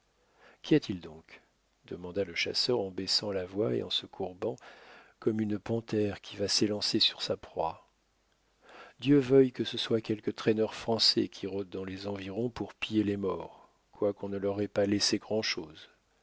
qu'y a-t-il donc demanda le chasseur en baissant la voix et en se courbant comme une panthère qui va s'élancer sur sa proie dieu veuille que ce soit quelque traîneur français qui rôde dans les environs pour piller les morts quoiqu'on ne leur ait pas laissé grand